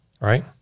Right